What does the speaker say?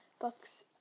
books